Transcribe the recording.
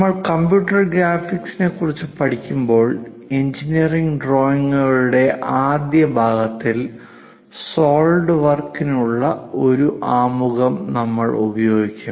നമ്മൾ കമ്പ്യൂട്ടർ ഗ്രാഫിക്സിനെക്കുറിച്ച് പഠിക്കുമ്പോൾ എഞ്ചിനീയറിംഗ് ഡ്രോയിംഗുകളുടെ ആദ്യ ഭാഗത്തിൽ സോളിഡ് വർക്കിനുള്ള ഒരു ആമുഖം നമ്മൾ ഉപയോഗിക്കും